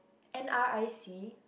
N_R_I_C